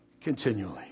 Continually